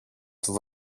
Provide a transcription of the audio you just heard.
του